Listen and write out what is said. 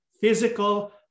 physical